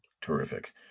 Terrific